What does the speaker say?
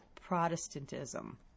Protestantism